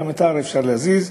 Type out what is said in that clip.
גם את ההר אפשר להזיז,